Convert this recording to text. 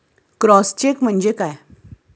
Cross check म्हणजे काय?